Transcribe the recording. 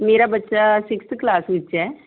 ਮੇਰਾ ਬੱਚਾ sixth class ਵਿੱਚ ਹੈ